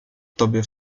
tobie